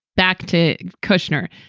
back to kushner.